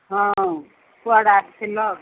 ହଁ କୁଆଡେ ଆସିଥିଲ